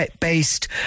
based